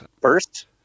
First